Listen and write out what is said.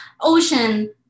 ocean